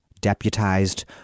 deputized